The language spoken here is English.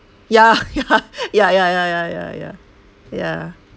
ya ya ya ya ya ya ya ya ya